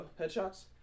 headshots